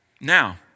Now